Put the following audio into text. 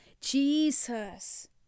Jesus